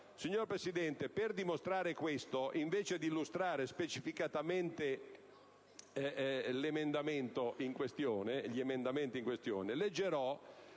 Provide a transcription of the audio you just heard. Signor Presidente, per dimostrare ciò, invece di illustrare specificatamente gli emendamenti in questione leggerò